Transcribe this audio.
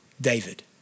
David